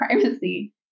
privacy